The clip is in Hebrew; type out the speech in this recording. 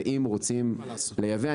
ואם רוצים לייבא,